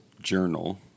journal